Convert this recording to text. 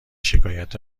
شکایت